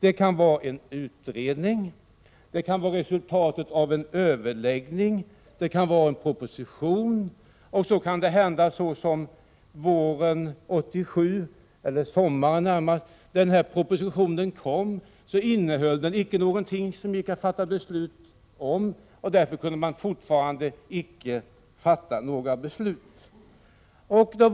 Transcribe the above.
Det kan vara en utredning, det kan vara resultatet av en överläggning, det kan vara en proposition — och då kan det bli som sommaren 1987, att när propositionen kommer så innehåller den inte något som man kan fatta beslut om och man kan därför fortfarande inte fatta några beslut.